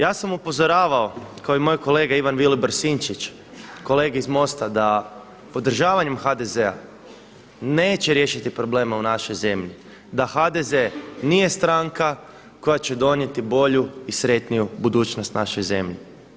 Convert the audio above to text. Ja sam upozoravao kao i moj kolega Ivan Vilibor Sinčić, kolege iz MOST-a da podržavanjem HDZ-a neće riješiti probleme u našoj zemlji, da HDZ nije stranka koja će donijeti bolju i sretniju budućnost našoj zemlji.